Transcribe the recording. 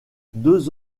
deux